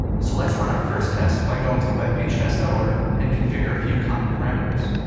so let's run our first test by going to webpagetest dot org and configure a few common parameters.